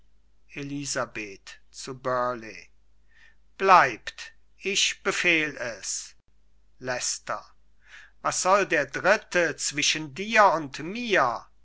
burleigh bleibt ich befehl es leicester was soll der dritte zwischen dir und mir